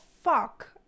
fuck